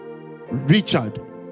Richard